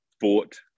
bought